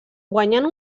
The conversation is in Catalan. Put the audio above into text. guanyant